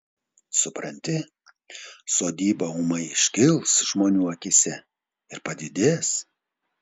supranti sodyba ūmai iškils žmonių akyse ir padidės